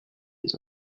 des